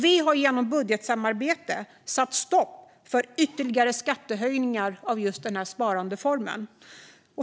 Vi har genom budgetsamarbete satt stopp för ytterligare skattehöjningar för denna sparform.